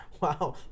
Wow